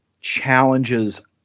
challenges